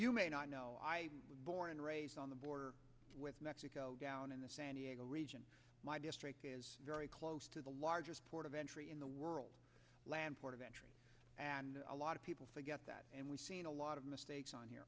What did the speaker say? you may not know i was born and raised on the border with mexico down in the san diego region my district is very close to the largest port of entry in the world land port of entry and a lot of people forget that and we've seen a lot of mistakes on here